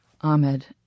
Ahmed